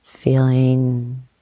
Feeling